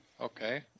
okay